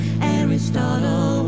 Aristotle